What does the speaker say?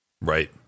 Right